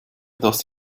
dass